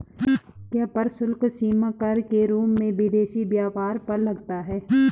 क्या प्रशुल्क सीमा कर के रूप में विदेशी व्यापार पर लगता है?